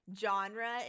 genre